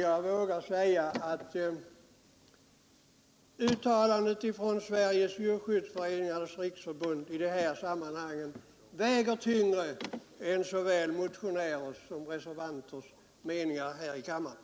Jag vågar säga att uttalandet från Sveriges djurskyddsföreningars riksförbund i det sammanhanget väger tyngre än såväl motionärers som reservanters meningar här i kammaren.